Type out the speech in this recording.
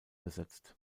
besetzt